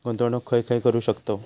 गुंतवणूक खय खय करू शकतव?